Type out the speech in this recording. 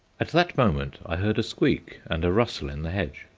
at that moment i heard a squeak and a rustle in the hedge,